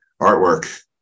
artwork